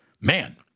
Man